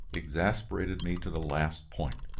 exasperated me to the last point.